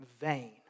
vain